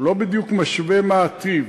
לא בדיוק משווה מה הטיב,